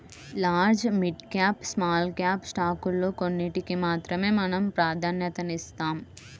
large, mid cap, small cap స్టాకుల్లో కొన్నిటికి మాత్రమే మనం ప్రాధన్యతనిస్తాం